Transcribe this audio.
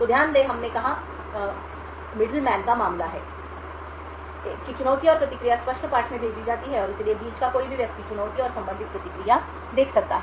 तो ध्यान दें कि हमने कहा था कि चुनौती और प्रतिक्रिया स्पष्ट पाठ में भेजी जाती है और इसलिए बीच का कोई भी व्यक्ति चुनौती और संबंधित प्रतिक्रिया देख सकता है